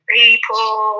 people